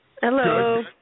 Hello